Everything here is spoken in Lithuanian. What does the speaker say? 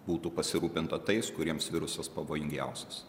būtų pasirūpinta tais kuriems virusas pavojingiausias